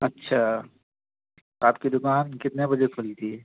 اچھا آپ کی دکان کتنے بجے کھلتی ہے